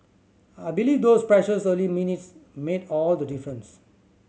I believe those precious early minutes made all the difference